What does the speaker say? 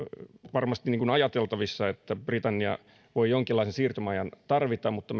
varmasti ajateltavissa että britannia voi jonkinlaisen siirtymäajan tarvita mutta